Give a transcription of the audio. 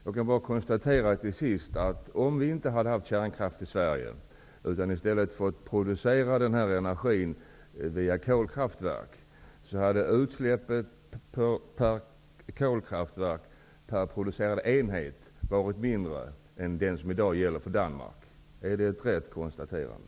Jag konstaterar bara att om vi inte hade haft kärnkraft i Sverige utan i stället energiproduktion via kolkraftverk, hade utsläppen per producerad enhet varit mindre än vad de är i Danmark. Är det ett riktigt konstaterande?